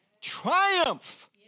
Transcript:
triumph